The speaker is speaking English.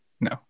no